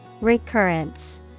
Recurrence